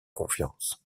confiance